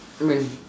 I mean